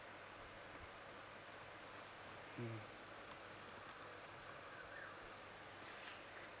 mmhmm